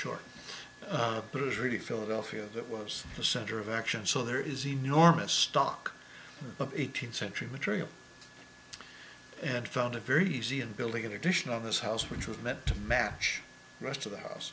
sure but it is really philadelphia that was the center of action so there is enormous stock of eighteenth century material and found it very easy and building in addition of this house which was meant to match rest of the house